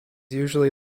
usually